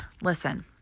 Listen